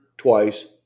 Twice